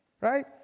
Right